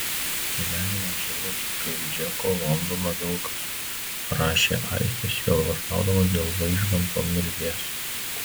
gyvenimas žiaurus kaip džeko londono vilkas rašė aistis sielvartaudamas dėl vaižganto mirties